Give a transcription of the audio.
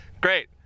Great